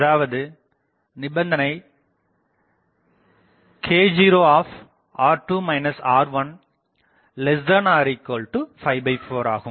அதாவது நிபந்தனை k0R2 R14 ஆகும்